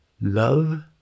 love